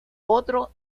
otro